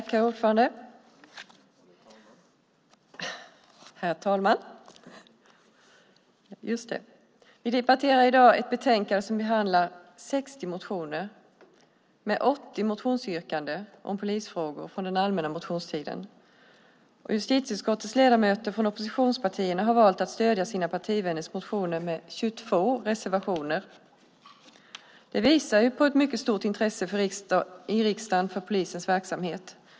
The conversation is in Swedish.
Herr talman! Vi debatterar i dag ett betänkande som behandlar 60 motioner med 80 motionsyrkanden om polisfrågor från den allmänna motionstiden. Justitieutskottets ledamöter från oppositionspartierna har valt att stödja sina partivänners motioner med 22 reservationer. Det visar på ett mycket stort intresse i riksdagen för polisens verksamhet.